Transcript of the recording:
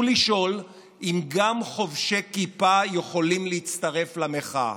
לשאול אם גם חובשי כיפה יכולים להצטרף למחאה.